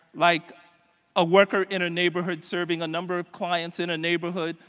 like a worker in a neighborhood serving a number of clients in a neighborhood.